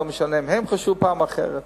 לא משנה אם הם חשבו פעם אחרת.